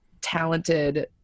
talented